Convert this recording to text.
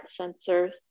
sensors